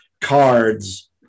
cards